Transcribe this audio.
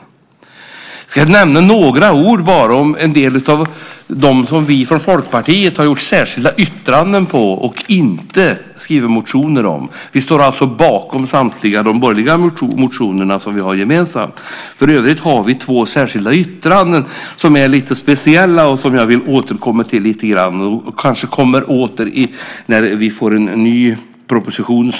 Jag ska nämna några ord om sådant vi från Folkpartiet har lämnat särskilda yttranden om och inte skrivit reservationer om. Vi står alltså bakom samtliga gemensamma borgerliga reservationer. I övrigt har vi två speciella särskilda yttranden, och jag vill återkomma till dem - kanske när det kommer en ny proposition.